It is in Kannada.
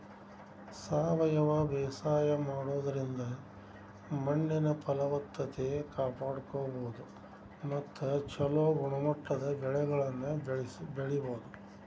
ಸಾವಯವ ಬೇಸಾಯ ಮಾಡೋದ್ರಿಂದ ಮಣ್ಣಿನ ಫಲವತ್ತತೆ ಕಾಪಾಡ್ಕೋಬೋದು ಮತ್ತ ಚೊಲೋ ಗುಣಮಟ್ಟದ ಬೆಳೆಗಳನ್ನ ಬೆಳಿಬೊದು